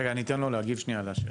רגע אני אתן לתת לאיגוד הבנקים להגיב.